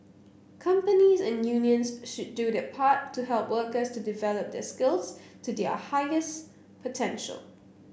companies and unions should do their part to help workers to develop their skills to their highest potential